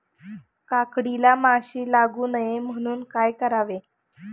काकडीला माशी लागू नये म्हणून काय करावे?